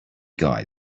guy